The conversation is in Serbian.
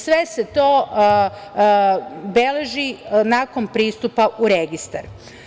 Sve se to beleži nakon pristupa u registar.